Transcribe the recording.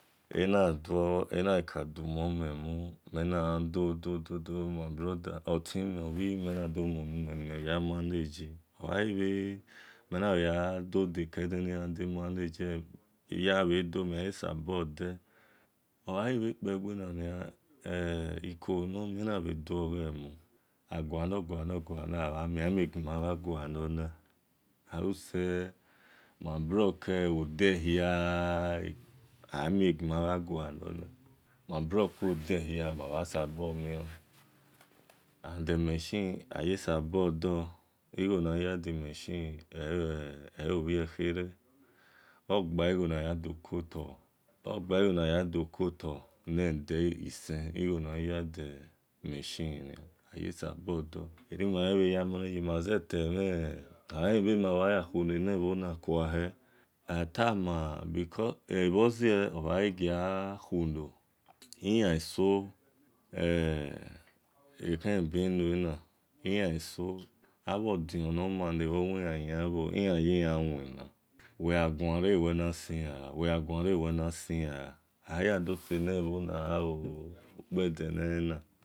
Enaka-dumome mu mena dododo my brother otime obhiyime na dor muni mel magha gha manage eighe mena bhe gha do de kegheni ya ghade mel mhan ye sabor del omhan bhe kpegbe wannia kolu nor mel ena bhe duo ghe mu agualor gualor amhan mion amie gima mha gualor lar aluse ma blockele bho dehia amie gima mha gualor lar obha sabo mion and machine ayesabor da igho nu gjiya dimachine elobhe khere ogba gho na ya dokotor nede igho na ghi ya di machine bhe ya manage maze temhe alebaya khule lebhona khua hel ebeze embagia khulo iyan eso e̱ ekhe benue na ilan eso abho dion nor mana nabhor wel